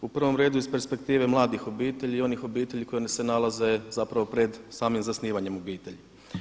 U prvom redu iz perspektive mladih obitelji i onih obitelji koji se nalaze pred, zapravo pred samim zasnivanjem obitelji.